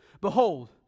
Behold